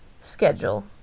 schedule